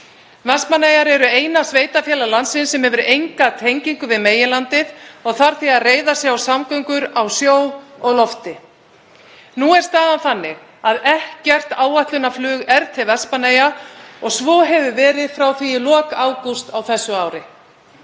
Vestmannaeyjar eru eina sveitarfélag landsins sem hefur enga tengingu við meginlandið og þarf því að reiða sig á samgöngur á sjó og lofti. Nú er staðan þannig að ekkert áætlunarflug er til Vestmannaeyja og svo hefur verið frá því í lok ágúst á þessu ári.